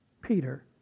Peter